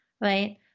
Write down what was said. right